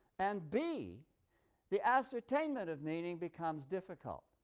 and b the ascertainment of meaning becomes difficult.